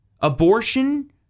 Abortion